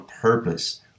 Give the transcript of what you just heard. purpose